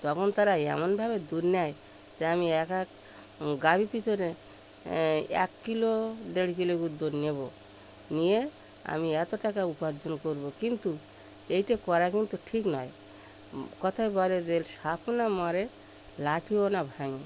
তখন তারা এমনভাবে দুধ নেয় যে আমি এক এক গাভীর পিছনে এক কিলো দেড় কিলো করে দুধ নেব নিয়ে আমি এত টাকা উপার্জন করব কিন্তু এইটা করা কিন্তু ঠিক নয় কথায় বলে যে সাপও না মরে লাঠিও না ভাঙে